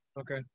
Okay